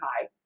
high